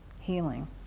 healing